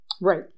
Right